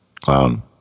clown